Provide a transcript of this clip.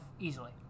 easily